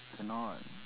cannot